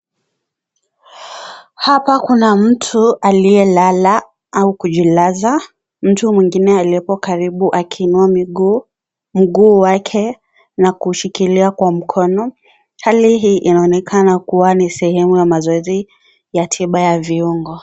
Hapa kuna mtu aliyelala au kujilaza. Mtu mwingine aliyepo karibu akiinua miguu, mguu wake na kushikilia kwa mkono. Hali hii inaonekana kuwa ni sehemu ya mazoezi ya tiba ya viungo.